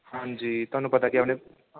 ਹਾਂਜੀ ਤੁਹਾਨੂੰ ਪਤਾ ਕਿ ਆਪਣੇ